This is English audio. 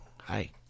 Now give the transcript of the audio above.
Hi